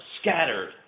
scattered